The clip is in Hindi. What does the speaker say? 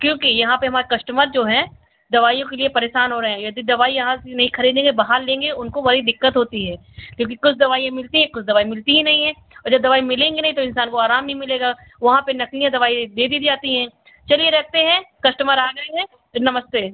क्योंकि यहाँ पर हमारे कस्टमर जो हैं दवाइयों के लिए परेशान हो रहे हैं यदि दवाई यहाँ से नहीं खरीदेंगे बाहर लेंगे उनको बड़ी दिक्कत होती है क्योंकि कुछ दवाइयाँ मिलती हैं कुछ दवाई मिलती ही नहीं हैं और जब दवाई मिलेंगी नहीं तो इन्सान को आराम नहीं मिलेगा वहाँ पर नकली दवाई दे दी जाती है चलिए रखते हैं कस्टमर आ गए हैं नमस्ते